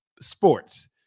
sports